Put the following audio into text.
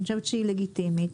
היא לגיטימית.